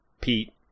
Pete